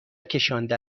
کشانده